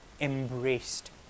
embraced